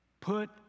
Put